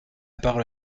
parole